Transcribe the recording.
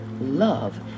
love